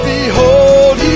Behold